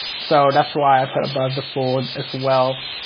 so that's why i put above the fold as well.